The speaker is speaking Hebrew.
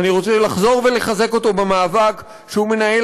ואני רוצה לחזור ולחזק אותו במאבק שהוא מנהל